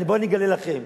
בואו אני אגלה לכם,